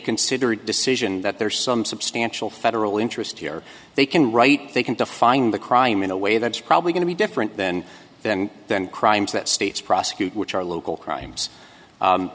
considered decision that there's some substantial federal interest here they can write they can define the crime in a way that's probably going to be different than that and then crimes that states prosecute which are local crimes